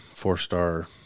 four-star